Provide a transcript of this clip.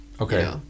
okay